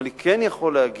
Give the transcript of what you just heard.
אבל אני כן יכול להגיד